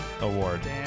award